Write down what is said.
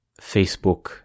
Facebook